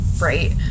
Right